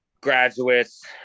graduates